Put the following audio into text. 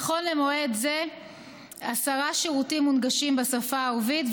נכון למועד זה עשרה שירותים מונגשים בשפה הערבית,